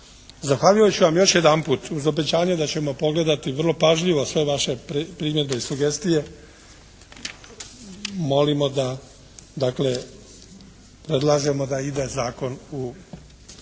Zahvaljujući vam još jedanput uz obećanje da ćemo pogledati vrlo pažljivo sve vaše primjedbe i sugestije molimo da, dakle